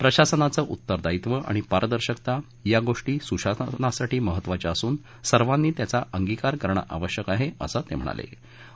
प्रशासनाचं उत्तरदायीत्व आणि पारदर्शकता ह्या गोष्टी सुशासनासाठी महत्वाच्या असून सर्वांनी त्यांचा अंगीकार करणं अवश्यक आहे असं त्यांनी म्हटलं आहे